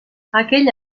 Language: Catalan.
aquell